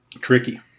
tricky